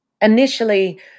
initially